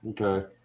okay